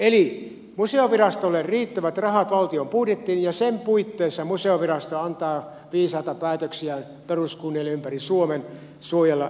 eli museovirastolle riittävät rahat valtion budjettiin ja niiden puitteissa museovirasto antaa viisaita päätöksiään peruskunnille ympäri suomen suojella erilaisia kiinteistöjä